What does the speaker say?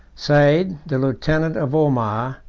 said, the lieutenant of omar,